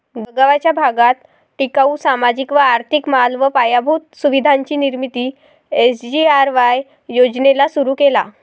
गगावाचा भागात टिकाऊ, सामाजिक व आर्थिक माल व पायाभूत सुविधांची निर्मिती एस.जी.आर.वाय योजनेला सुरु केला